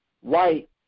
white